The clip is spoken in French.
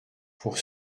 pour